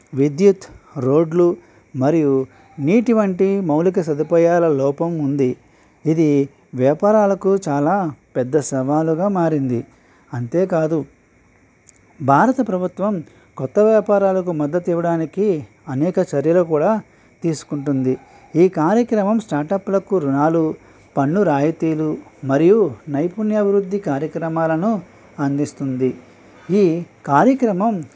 విద్యుత్ రోడ్లు మరియు నీటి వంటి మౌలిక సదుపాయాల లోపం ఉంది ఇది వ్యాపారాలకు చాలా పెద్ద సవాలుగా మారింది అంతేకాదు భారత ప్రభుత్వం కొత్త వ్యాపారాలకు మద్దతు ఇవ్వడానికి అనేక చర్యలు కూడా తీసుకుంటుంది ఈ కార్యక్రమం స్టార్ట్అప్లకు రుణాలు పన్ను రాయితీరు మరియు నైపుణ్య అభివృద్ధి కార్యక్రమాలను అందిస్తుంది ఈ కార్యక్రమం